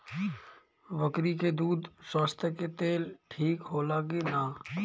बकरी के दूध स्वास्थ्य के लेल ठीक होला कि ना?